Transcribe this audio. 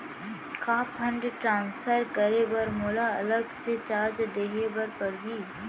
का fund transfer करे बर मोला अलग से चार्ज देहे बर परही?